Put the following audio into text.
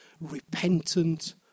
repentant